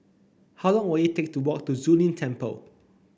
how long will it take to walk to Zu Lin Temple